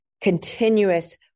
continuous